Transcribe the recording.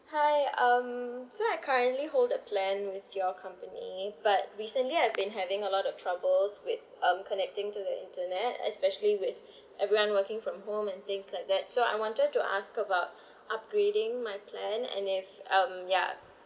hi um so I currently hold the plan with your company but recently I've been having a lot of troubles with um connecting to the internet especially with everyone working from home and things like that so I wanted to ask about upgrading my plan and if um ya